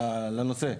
לנושא.